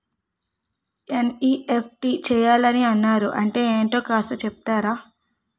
NEFT చేయాలని అన్నారు అంటే ఏంటో కాస్త చెపుతారా?